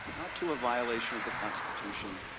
not to a violation of the constitution,